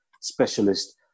specialist